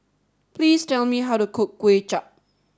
please tell me how to cook Kway Chap